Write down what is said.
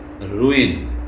ruin